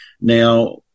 Now